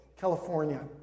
California